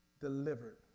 delivered